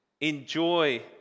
enjoy